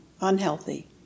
unhealthy